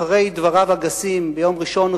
אחרי דבריו הגסים ביום ראשון,